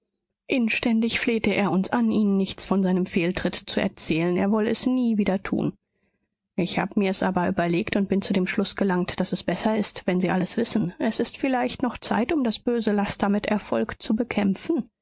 inständig flehte er uns an ihnen nichts von seinem fehltritt zu erzählen er wolle es nie wieder tun ich hab mir's aber überlegt und bin zu dem schluß gelangt daß es besser ist wenn sie alles wissen es ist vielleicht noch zeit um das böse laster mit erfolg zu bekämpfen